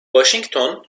washington